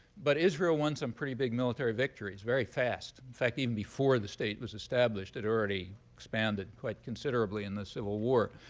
but israel won some pretty big military victories very fast. in fact, even before the state was established, it already expanded quite considerably in the civil war.